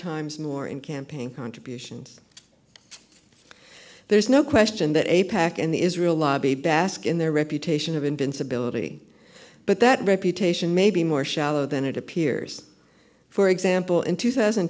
times more in campaign contributions there's no question that a pac and the israel lobby bask in their reputation of invincibility but that reputation may be more shallow than it appears for example in two thousand